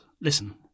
listen